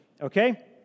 okay